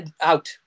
out